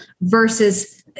versus